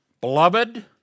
beloved